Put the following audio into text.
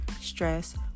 stress